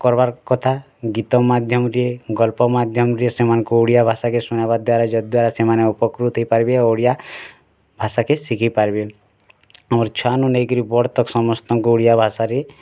କର୍ବାର୍ କଥା ଗୀତ ମାଧ୍ୟମରେ ଗଳ୍ପ ମାଧ୍ୟମରେ ସେମାନଙ୍କୁ ଓଡ଼ିଆ ଭାଷାକେ ଶୁଣାଇବା ଦ୍ଵାରା ଯଦ୍ଵାରା ସେମାନେ ଉପକୃତ୍ ହେଇପାର୍ବେ ଓଡ଼ିଆ ଭାଷାକେ ଶିଖିପାର୍ବେ ଆମର୍ ଛୁଆ ନୁ ନେଇକିରି ବଡ଼୍ ତକ୍ ସମସ୍ତଙ୍କୁ ଓଡ଼ିଆ ଭାଷାରେ